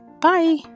Bye